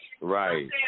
Right